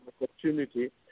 opportunity